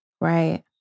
Right